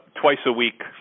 twice-a-week